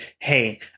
hey